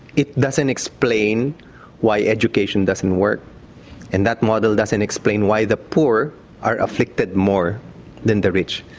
it doesn't explain why education doesn't work and that model doesn't explain why the poor are afflicted more than the rich.